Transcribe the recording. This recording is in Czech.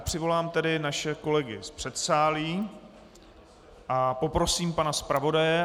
Přivolám tedy naše kolegy z předsálí a poprosím pana zpravodaje.